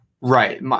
Right